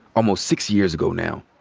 almost six years ago now,